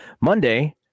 Monday